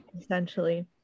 Essentially